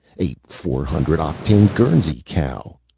a four hundred octane guernsey cow!